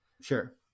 Sure